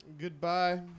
Goodbye